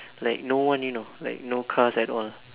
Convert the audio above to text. like no one you know like no cars at all